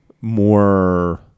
more